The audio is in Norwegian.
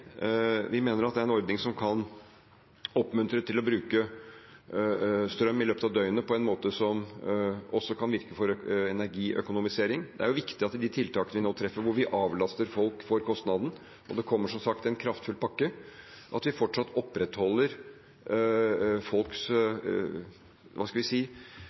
Vi mener at det er en ordning som kan oppmuntre til å bruke strøm i løpet av døgnet på en måte som også kan virke for energiøkonomisering. Det er viktig at de tiltakene vi nå treffer, hvor vi avlaster folk for kostnaden, og det kommer som sagt en kraftfull pakke, fortsatt opprettholder folks